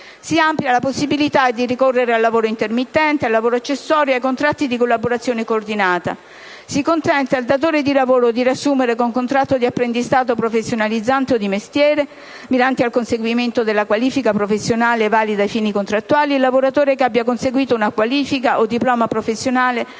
si amplia la possibilità di ricorrere al lavoro intermittente, al lavoro accessorio e ai contratti di collaborazione coordinata; si consente al datore di lavoro di riassumere con contratto di apprendistato professionalizzante o di mestiere, mirante al conseguimento della qualifica professionale valida ai fini contrattuali, il lavoratore che abbia conseguito una qualifica o diploma professionale